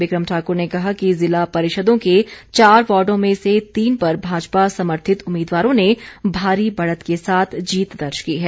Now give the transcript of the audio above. बिक्रम ठाकुर ने कहा कि ज़िला परिषदों के चार वार्डो में से तीन पर भाजपा समर्थित उम्मीदवारों ने भारी बढ़त के साथ जीत दर्ज की है